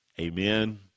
Amen